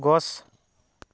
গছ